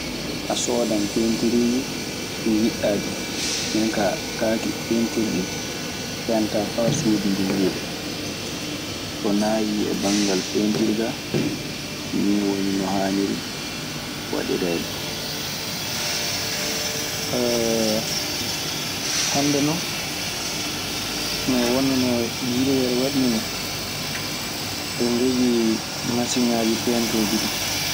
A soodan peentiriiji ɗi njiɗɗaa ɗii. Ndeen kaa kaake peentirɗi ɗii, peentaa faa suudu nduu huuɓa. Ko naayii e banngal peentiir kaa, nii woni no haaniri waɗireede. Hannde non no wonnanoo yirwere waɗii ndee, eɓe njogii masiŋaaji peentooji du.